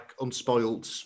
unspoiled